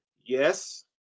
Yes